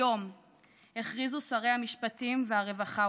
היום הכריזו שרי המשפטים והרווחה,